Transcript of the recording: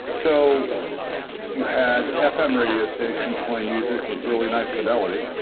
so you had fm radio stations playing music with really nice fidelity,